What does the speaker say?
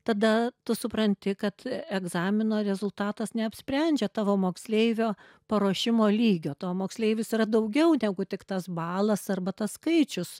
tada tu supranti kad egzamino rezultatas neapsprendžia tavo moksleivio paruošimo lygio tavo moksleivis yra daugiau negu tik tas balas arba tas skaičius